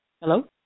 Hello